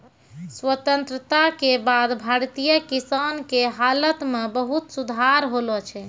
स्वतंत्रता के बाद भारतीय किसान के हालत मॅ बहुत सुधार होलो छै